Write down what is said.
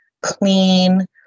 clean